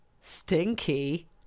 Stinky